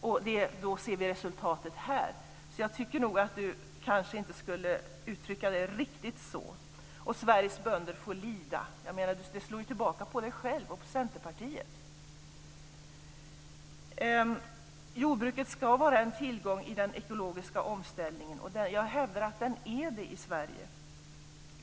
Här ser vi nu resultatet. Jag tycker att Eskil Erlandsson inte ska uttrycka sig riktigt så, att Sveriges bönder får lida. Det slår ju tillbaka på honom och på Centerpartiet. Jordbruket ska vara en tillgång i den ekologiska omställningen. Jag hävdar att den är det i Sverige.